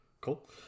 cool